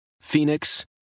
Phoenix